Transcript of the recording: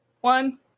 one